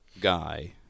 guy